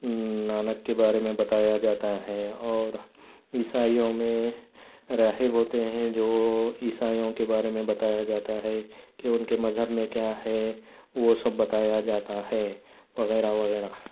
نانک کے بارے میں بتایا جاتا ہے اور عیسائیوں میں راھب ہوتے ہیں جو عیسائیوں کے بارے میں بتایا جاتا ہے کہ اُن کے مذہب میں کیا ہے وہ سب بتایا جاتا ہے وغیرہ وغیرہ